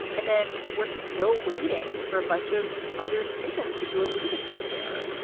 and then we're still waiting for a bunch of other decisions that you alluded to there.